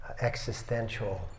existential